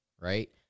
right